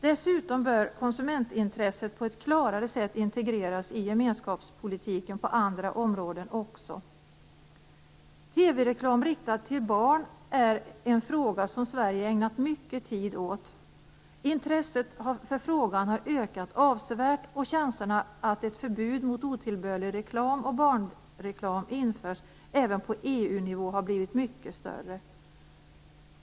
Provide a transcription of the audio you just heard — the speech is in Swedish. Dessutom bör konsumentintresset på ett klarare sätt integreras i gemenskapspolitiken också på andra områden. TV-reklam riktad till barn är en fråga som Sverige ägnat mycket tid åt. Intresset för frågan har ökat avsevärt och chanserna att ett förbud mot otillbörlig reklam och barnreklam införs även på EU-nivå har blivit mycket större.